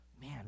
Man